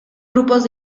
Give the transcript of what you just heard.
grupos